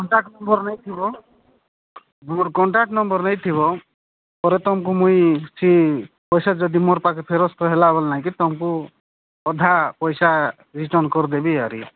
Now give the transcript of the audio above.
contact number ନେଇଥିବ ମୋର contact number ନେଇଥିବ ପରେ ତମକୁ ମୁଇଁ ସେ ପଇସା ଯଦି ମୋର୍ ପାଖେ ଫେରସ୍ତ ହେଲା ବୋଲେ ନାଇଁକି କି ତମକୁ ଅଧା ପଇସା ରିଟର୍ଣ୍ଣ କରିଦେବି ଆରି